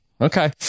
Okay